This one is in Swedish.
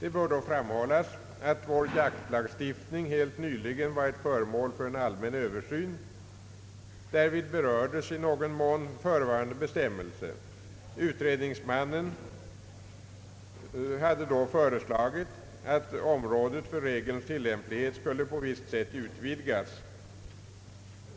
Det bör då framhållas att vår jaktlagstiftning helt nyligen varit föremål för en allmän översyn. Därvid berördes i någon mån förevarande bestämmelse. Utredningsmannen hade föreslagit att området för regelns tillämplighet skulle på visst sätt utvidgas.